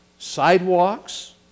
sidewalks